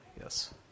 Yes